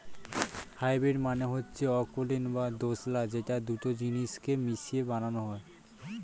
hybrid মানে হচ্ছে অকুলীন বা দোঁশলা যেটা দুটো জিনিস কে মিশিয়ে বানানো হয়